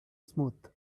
smooth